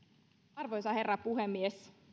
arvoisa herra puhemies